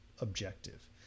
objective